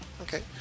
Okay